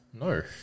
No